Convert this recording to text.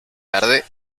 tarde